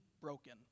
broken